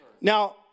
Now